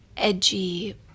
edgy